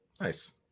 nice